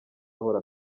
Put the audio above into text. ahora